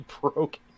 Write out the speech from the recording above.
broke